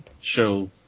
show